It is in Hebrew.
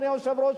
אדוני היושב-ראש,